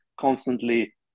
constantly